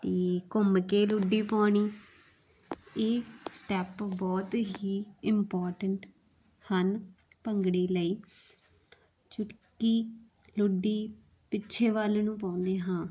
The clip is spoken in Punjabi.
ਅਤੇ ਘੁੰਮ ਕੇ ਲੁੱਡੀ ਪਾਉਣੀ ਇਹ ਸਟੈਪ ਬਹੁਤ ਹੀ ਇੰਪੋਰਟੈਂਟ ਹਨ ਭੰਗੜੇ ਲਈ ਜੋ ਕਿ ਲੁੱਡੀ ਪਿੱਛੇ ਵੱਲ ਨੂੰ ਪਾਉਂਦੇ ਹਾਂ